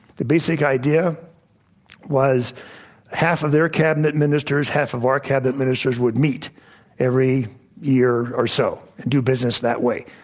the basic idea was half of their cabinet ministers, half of our cabinet ministers would meet every year or so, and do business that way.